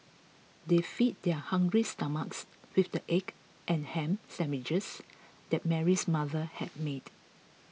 they fed their hungry stomachs with the egg and ham sandwiches that Mary's mother had made